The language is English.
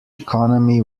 economy